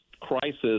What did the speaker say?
crisis